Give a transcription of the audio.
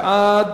26 בעד,